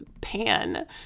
pan